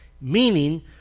meaning